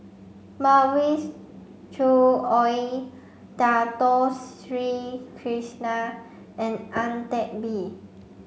Mavis Choo Oei Dato Sri Krishna and Ang Teck Bee